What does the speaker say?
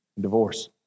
Divorce